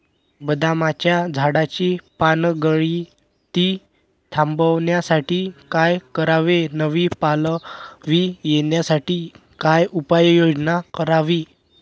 बदामाच्या झाडाची पानगळती थांबवण्यासाठी काय करावे? नवी पालवी येण्यासाठी काय उपाययोजना करावी?